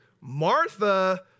Martha